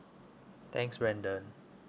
thanks brandon